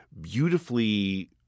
beautifully